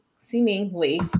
seemingly